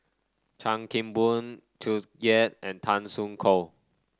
Chan Kim Boon Tsung Yeh and Tan Soo Khoon